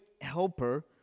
helper